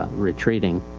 retreating.